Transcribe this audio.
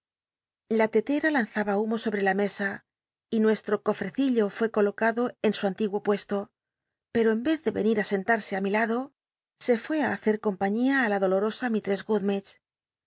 la tetera lanzaba humo sol l'e la mesa y nuestro cofrecillo fué colocado en su antiguo puesto pero en ez de rcnil á senlai'sc i mi lado se fué á hace eompniíia á la dolorosa